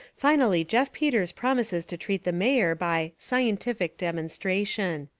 finally jeff peters promises to treat the mayor by scientific demonstration.